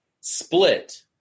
split